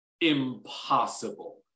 impossible